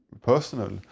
personal